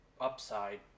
upside